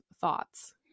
thoughts